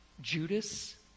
Judas